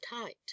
tight